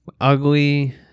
ugly